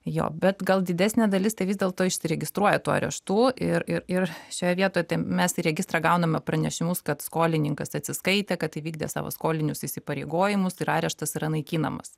jo bet gal didesnė dalis tai vis dėlto išsiregistruoja tų areštų ir ir ir šioje vietoj tai mes į registrą gauname pranešimus kad skolininkas atsiskaitė kad įvykdė savo skolinius įsipareigojimus ir areštas yra naikinamas